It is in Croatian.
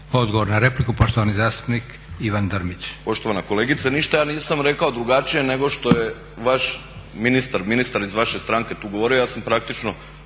Odgovor na repliku, poštovani zastupnik Ivan Drmić.